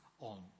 on